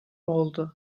oldu